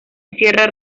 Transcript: encierra